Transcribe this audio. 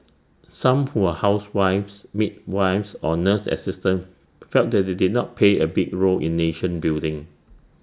some who were housewives midwives or nurse assistants felt that they did not play A big role in nation building